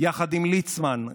יחד עם ליצמן,